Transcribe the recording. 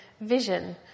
vision